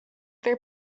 their